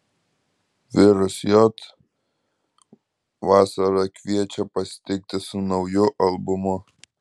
virus j vasarą kviečia pasitikti su nauju albumu